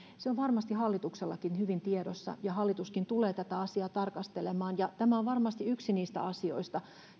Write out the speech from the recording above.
se on varmasti hallituksellakin hyvin tiedossa ja hallituskin tulee tätä asiaa tarkastelemaan ja tämä on varmasti yksi niistä asioista